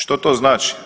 Što to znači?